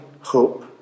hope